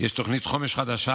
יש תוכנית חומש חדשה